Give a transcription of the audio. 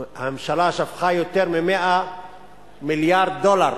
הממשלה שפכה יותר מ-100 מיליארד דולר